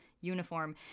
uniform